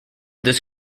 this